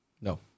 No